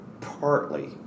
partly